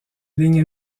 ligue